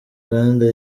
kandi